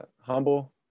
humble